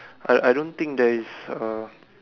I I don't think there is uh